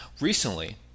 recently